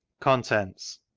contents.